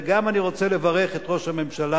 ואני גם רוצה לברך את ראש הממשלה,